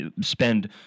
Spend